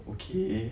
okay